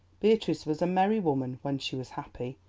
beatrice was a merry woman when she was happy,